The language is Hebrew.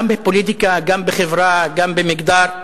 גם בפוליטיקה, גם בחברה, גם במגדר,